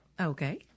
Okay